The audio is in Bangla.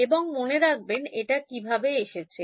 এবং মনে রাখবেন এটা কিভাবে এসেছে